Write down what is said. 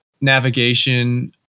navigation